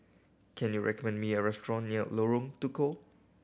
can you recommend me a restaurant near Lorong Tukol